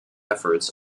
efforts